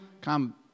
come